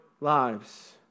lives